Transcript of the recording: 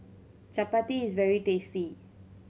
chapati is very tasty